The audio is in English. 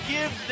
Give